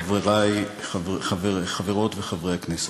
חברי חברות וחברי הכנסת,